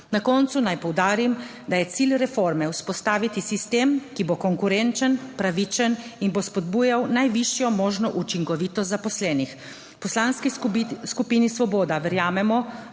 Na koncu naj poudarim, da je cilj reforme vzpostaviti sistem, ki bo konkurenčen, pravičen in bo spodbujal najvišjo možno učinkovitost zaposlenih. V Poslanski skupini Svoboda verjamemo,